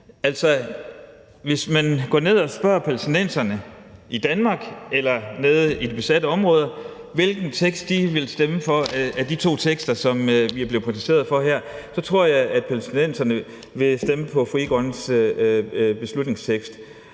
hvis man spørger palæstinenserne i Danmark eller nede i det besatte område, hvilken af de to tekster, som vi er blevet præsenteret for her, de vil stemme for, tror jeg, at palæstinenserne vil stemme for Frie Grønnes forslag til